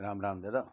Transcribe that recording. Ram Ram Dada